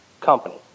company